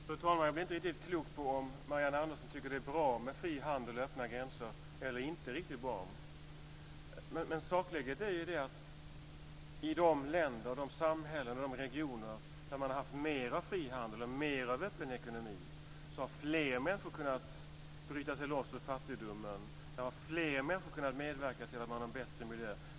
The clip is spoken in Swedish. Fru talman! Jag blir inte riktigt klok på om Marianne Samuelsson tycker att det är bra med fri handel och öppna gränser eller inte riktigt bra. Sakläget är ju att i de länder, samhällen och regioner där man har haft mer av fri handel och mer av öppen ekonomi har fler människor kunnat bryta sig loss ur fattigdomen. Där har fler människor kunnat medverka till att man har bättre miljö.